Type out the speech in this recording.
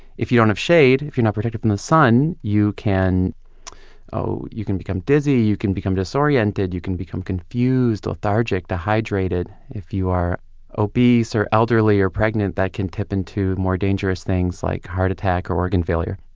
if you don't have shade, if you're not protected from the sun, you can you can become dizzy, you can become disoriented, you can become confused, lethargic, dehydrated. if you are obese or elderly or pregnant, that can tip into more dangerous things like heart attack or organ failure